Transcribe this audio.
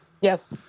Yes